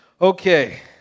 Okay